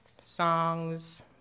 Songs